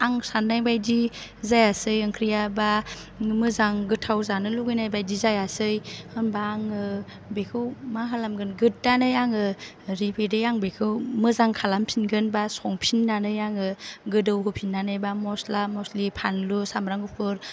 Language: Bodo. आं साननाय बायदि जायासै ओंख्रिया बा मोजां गोथाव जानो लुबैनाय बायदि जायासै होमबा आङो बेखौ मा खालामगोन गोदानै आङो रिफिदै आं बेखौ मोजां खालामफिनगोन बा संफिननानै आङो गोदौहोफिननानै बा मस्ला मस्लि फानलु सामब्राम गुफुर